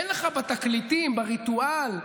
אין לך בתקליטים, בריטואל,